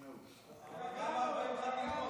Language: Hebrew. אינו נוכח, חברת הכנסת מירב כהן,